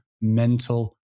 mental